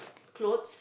clothes